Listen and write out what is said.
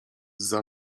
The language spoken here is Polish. zza